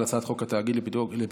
חבר הכנסת מיכאל מלכיאלי,